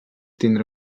tindrà